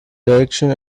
direction